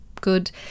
good